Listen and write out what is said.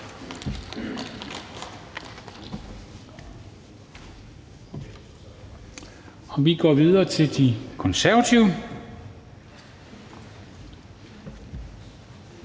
Vi går videre til De Konservatives